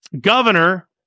governor